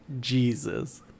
Jesus